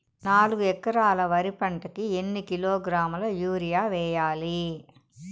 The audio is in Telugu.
నాలుగు ఎకరాలు వరి పంటకి ఎన్ని కిలోగ్రాముల యూరియ వేయాలి?